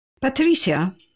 Patricia